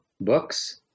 books